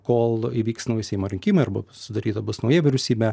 kol įvyks nauji seimo rinkimai arba sudaryta bus nauja vyriausybė